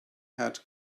had